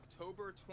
October